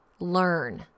learn